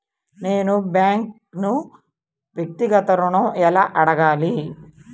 నేను బ్యాంక్ను వ్యక్తిగత ఋణం ఎలా అడగాలి?